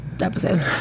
episode